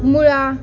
मुळा